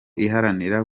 iharanira